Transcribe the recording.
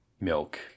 milk